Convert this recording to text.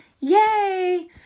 Yay